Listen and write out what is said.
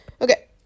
Okay